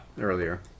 earlier